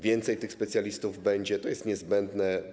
Więcej specjalistów będzie, to jest niezbędne.